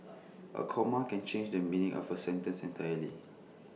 A comma can change the meaning of A sentence entirely